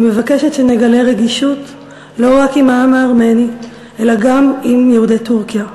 אני מבקשת שנגלה רגישות לא רק עם העם הארמני אלא גם עם יהודי טורקיה.